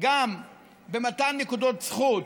גם במתן נקודות זכות